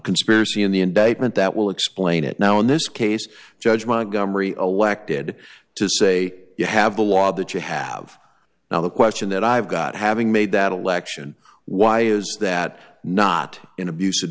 conspiracy in the indictment that will explain it now in this case judge montgomery elected to say you have the law that you have now the question that i've got having made that election why is that not in abus